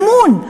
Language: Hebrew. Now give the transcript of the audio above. אמון.